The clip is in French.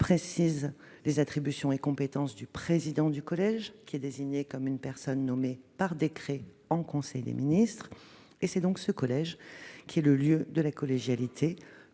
précise les attributions et les compétences du président du collège, désigné comme étant une personne nommée par décret en conseil des ministres. C'est le collège du HCERES qui est le lieu de la collégialité,